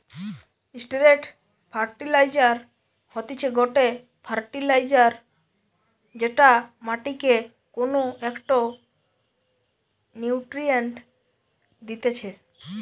straight fertiliser হতিছে গটে fertiliser যেটা মাটিকে কোনো একটো নিউট্রিয়েন্ট দিতেছে